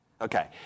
Okay